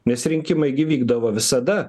nes rinkimai gi vykdavo visada